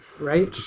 right